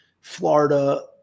Florida